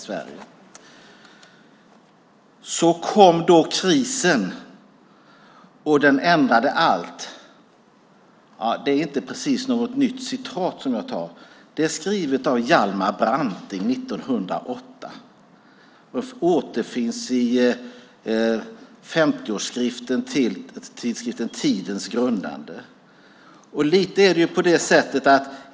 Så kom då krisen och ändrade allt, skrev Hjalmar Branting 1908. Det står att läsa i 50-årsskriften till tidskriften Tidens grundande.